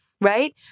right